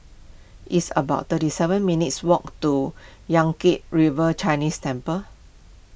it's about thirty seven minutes' walk to Yan Kit River Chinese Temple